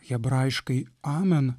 hebraiškai amen